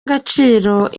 agaciro